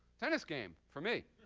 tennis game for me.